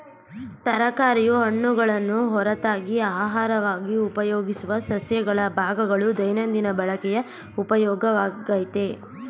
ತರಕಾರಿಯು ಹಣ್ಣುಗಳನ್ನು ಹೊರತಾಗಿ ಅಹಾರವಾಗಿ ಉಪಯೋಗಿಸುವ ಸಸ್ಯಗಳ ಭಾಗಗಳು ದೈನಂದಿನ ಬಳಕೆಯ ಉಪಯೋಗವಾಗಯ್ತೆ